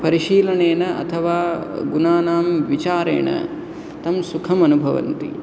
परिशीलनेन अथवा गुणानां विचारेण तं सुखमनुभवन्ति